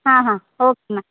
ಹಾಂ ಹಾಂ ಓಕೆ ಅಮ್ಮ